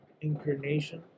Incarnation